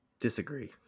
Disagree